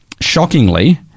shockingly